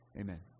Amen